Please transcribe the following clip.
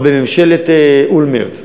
עוד בממשלת אולמרט,